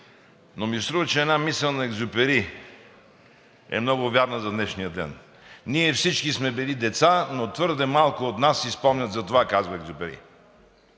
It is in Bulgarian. Но ми се струва, че една мисъл на Екзюпери е много вярна за днешния ден: „Ние всички сме били деца, но твърде малко от нас си спомнят за това“, казва Екзюпери.